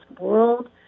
world